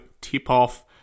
tip-off